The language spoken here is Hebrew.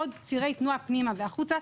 עוד צירי תנועה פנימה והחוצה.